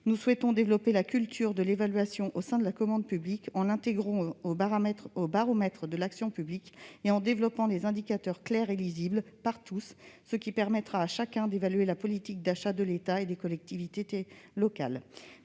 Nous souhaitons développer la culture de l'évaluation au sein de la commande publique, en l'intégrant au baromètre de l'action publique et en développant des indicateurs clairs et lisibles par tous, ce qui permettra à chacun d'évaluer la politique d'achat de l'État et des collectivités locales.